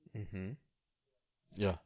mmhmm ya